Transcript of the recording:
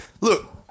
Look